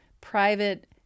private